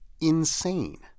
insane